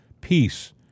peace